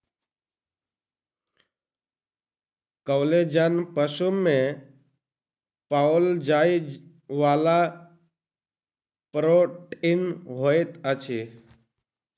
collagen पशु में पाओल जाइ वाला प्रोटीन होइत अछि